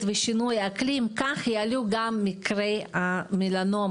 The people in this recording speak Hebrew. ושינוי האקלים כך יעלו גם מקרי המלנומה,